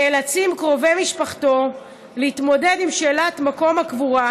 נאלצים קרובי משפחתו להתמודד עם שאלת מקום הקבורה,